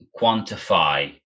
quantify